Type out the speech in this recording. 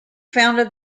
founded